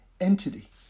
entity